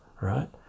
right